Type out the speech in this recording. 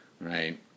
right